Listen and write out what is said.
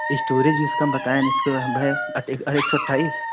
storage इसका बताया ना एक सौ नब्बे एक सौ अट्ठाईस